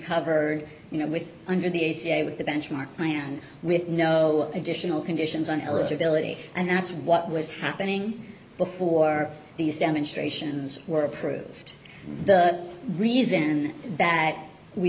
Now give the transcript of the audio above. covered you know with under the a c a with the benchmark plan with no additional conditions on her ability and that's what was happening before these demonstrations were approved the reason that we